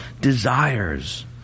desires